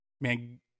man